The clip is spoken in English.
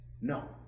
No